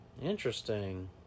Interesting